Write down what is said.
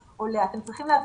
אתם צריכים להבין